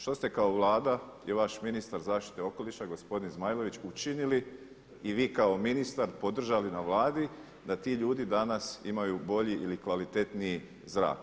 Što ste kao Vlada i vaš ministar zaštite okoliša gospodin Zmajlović učinili i vi kao ministar, podržali na Vladi da ti ljudi danas imaju bolji ili kvalitetniji zrak.